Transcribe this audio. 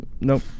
Nope